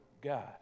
God